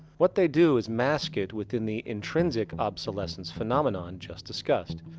what they do is mask it within the intrinsic obsolescence phenomenon just discussed,